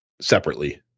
separately